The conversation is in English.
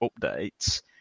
updates